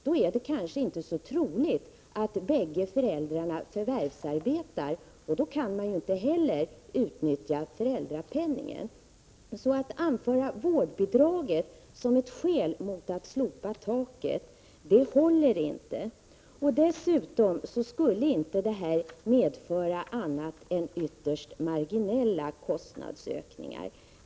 Då är det kanske inte så troligt att bägge föräldrarna förvärvsarbetar. Då kan man inte heller utnyttja föräldrapenningen. Så att anföra vårdbidraget som ett skäl för att slopa taket håller inte. Dessutom skulle inte detta medföra annat än ytterst marginella kostnadsökningar.